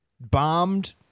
bombed